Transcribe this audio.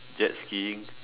jet skiing